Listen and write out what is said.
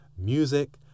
music